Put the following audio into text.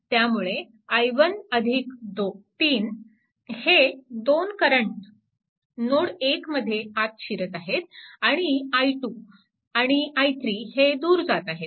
त्यामुळे i1 3 हे दोन करंट नोड 1 मध्ये आत शिरत आहेत आणि i2 आणि i3 हे दूर जात आहेत